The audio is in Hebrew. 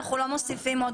אנחנו לא מוסיפים עוד